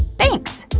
thanks!